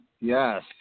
yes